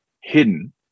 hidden